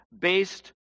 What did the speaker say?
based